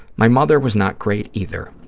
my mother was not great either.